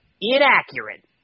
inaccurate